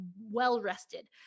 well-rested